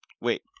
Wait